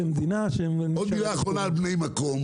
המדינה --- עוד מילה אחרונה על בני מקום.